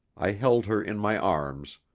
i held her in my arms,